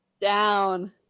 down